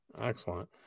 Excellent